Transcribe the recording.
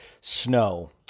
Snow